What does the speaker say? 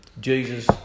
Jesus